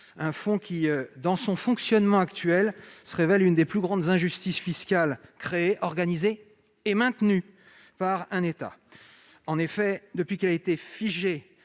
un fonds qui, dans son fonctionnement actuel, se révèle une des plus grandes injustices fiscales créées, organisées et maintenues par un État. En effet, depuis qu'il a été figé